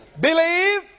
Believe